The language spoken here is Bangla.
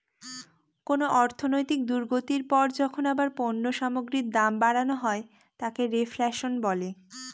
কোন অর্থনৈতিক দুর্গতির পর যখন আবার পণ্য সামগ্রীর দাম বাড়ানো হয় তাকে রেফ্ল্যাশন বলে